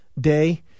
day